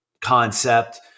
concept